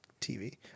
TV